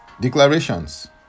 Declarations